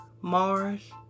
Mars